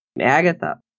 Agatha